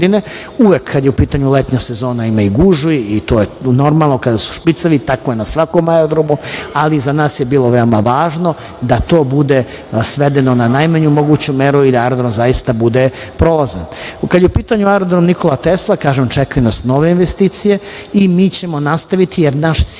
kada je u pitanju letnja sezona ima i gužvi, to je normalno kada su špicevi, tako je na svakom aerodromu, ali za nas je bilo veoma važno da to bude svedeno na najmanju moguću meru i da aerodrom zaista bude prolazan. Kada je u pitanju aerodrom „Nikola Tesla“, kažem, čekaju nas nove investicije i mi ćemo nastaviti jer naš cilj